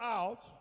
out